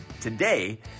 today